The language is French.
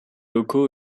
locaux